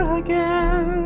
again